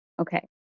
Okay